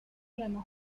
olema